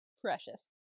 precious